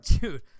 Dude